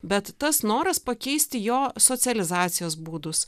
bet tas noras pakeisti jo socializacijos būdus